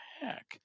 heck